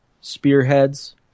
spearheads